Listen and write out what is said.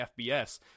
fbs